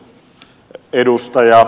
kun kokenut ed